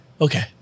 Okay